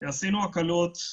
עשינו הקלות.